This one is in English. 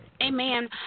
Amen